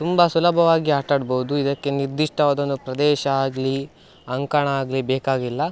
ತುಂಬ ಸುಲಭವಾಗಿ ಆಟ ಆಡ್ಬೋದು ಇದಕ್ಕೆ ನಿರ್ದಿಷ್ಟವಾದ ಒಂದು ಪ್ರದೇಶ ಆಗಲೀ ಅಂಕಣ ಆಗಲೀ ಬೇಕಾಗಿಲ್ಲ